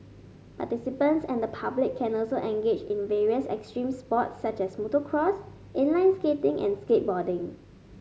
participants and the public can also engage in various extreme sports such as motocross inline skating and skateboarding